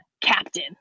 Captain